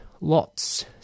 lots